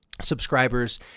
subscribers